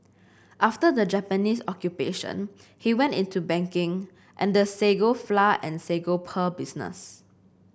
after the Japanese Occupation he went into banking and the sago flour and sago pearl business